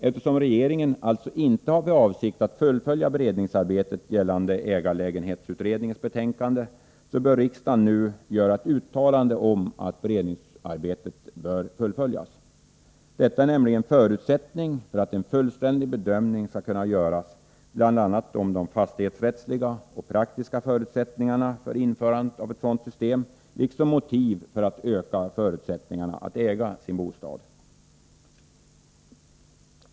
Eftersom regeringen alltså inte har för avsikt att fullfölja beredningsarbetet gällande ägarlägenhetsutredningens betänkande, bör riksdagen nu göra ett uttalande om att beredningsarbetet skall fullföljas. Detta är nämligen en förutsättning för att en fullständig bedömning skall kunna göras om bl.a. de fastighetsrättsliga och praktiska förutsättningarna för införande av ett sådant system liksom om motivet för att öka förutsättningarna att äga sin bostad.